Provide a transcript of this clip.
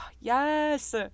Yes